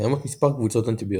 קיימות מספר קבוצות אנטיביוטיקה,